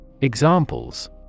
Examples